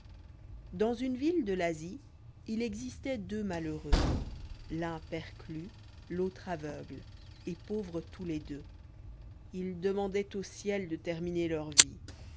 dans une ville de l'asie h existait deux malheureux l'un perclus l'autre aveugle et pauvres tous les deux ils demandoient au ciel de terminer leur vie